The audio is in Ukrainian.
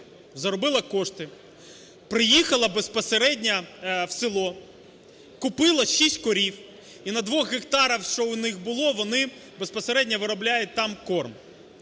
заробила кошти, приїхала безпосередньо в село. Купила 6 корів і на двох гектарах, що у них було, вони безпосередньо виробляють там корм.